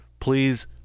Please